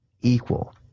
equal